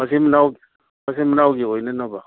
ꯃꯆꯤꯟ ꯃꯅꯥꯎꯒꯤ ꯑꯣꯏꯅꯅꯕ